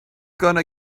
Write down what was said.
gonna